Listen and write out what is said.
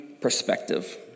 perspective